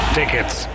tickets